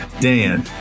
dan